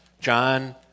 John